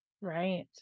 Right